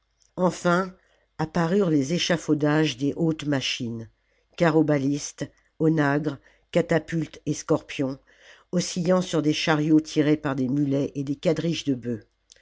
enfin apparurent les échafaudages des hautes machines carrobalistes onagres catapultes et scorpions oscillant sur des chariots tirés par des mulets et des quadriges de bœufs